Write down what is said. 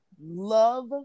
love